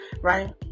Right